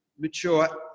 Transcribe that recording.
mature